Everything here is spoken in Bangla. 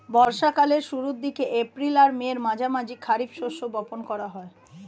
বর্ষা কালের শুরুর দিকে, এপ্রিল আর মের মাঝামাঝি খারিফ শস্য বপন করা হয়